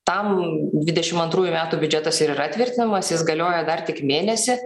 tam dvidešim antrųjų metų biudžetas ir yra tvirtinamas jis galioja dar tik mėnesį